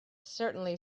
certainly